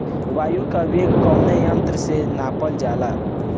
वायु क वेग कवने यंत्र से नापल जाला?